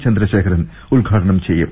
ചന്ദ്രശേഖരൻ ഉദ്ഘാടനം ചെയ്യും